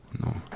No